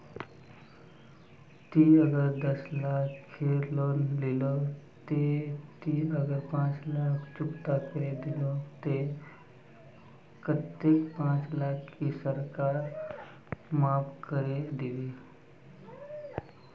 ती अगर दस लाख खेर लोन लिलो ते ती अगर पाँच लाख चुकता करे दिलो ते कतेक पाँच लाख की सरकार माप करे दिबे?